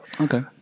Okay